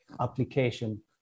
application